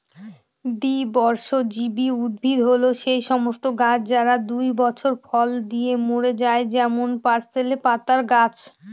দ্বিবর্ষজীবী উদ্ভিদ হল সেই সমস্ত গাছ যারা দুই বছর ফল দিয়ে মরে যায় যেমন পার্সলে পাতার গাছ